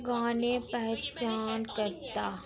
गाने पहचान कर्ता